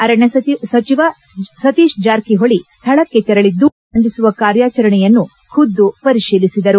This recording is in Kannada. ಅರಣ್ಯ ಸಚಿವ ಸತೀತ್ ಜಾರಕಿಹೊಳಿ ಸ್ಥಳಕ್ಕೆ ತೆರಳಿದ್ದು ಬೆಂಕಿ ನಂದಿಸುವ ಕಾರ್ಯಾಚರಣೆಯನ್ನು ಖುದ್ದುಪರಿಶೀಲಿಸಿದರು